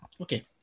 Okay